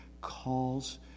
calls